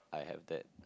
I have that